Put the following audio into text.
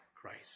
Christ